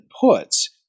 puts